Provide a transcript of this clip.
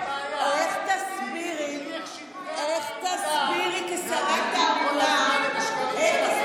איך תסבירי כשרת תעמולה, מה הבעיה?